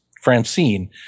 Francine